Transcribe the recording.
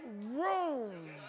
room